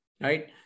right